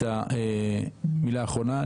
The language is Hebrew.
את המילה האחרונה,